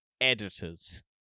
editors